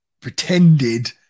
pretended